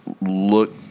look